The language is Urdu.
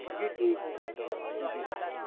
جی ٹھیک ہے جی